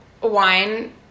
wine